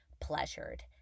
pleasured